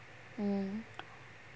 mm mm